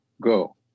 go